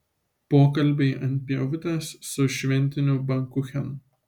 pokalbiai ant pievutės su šventiniu bankuchenu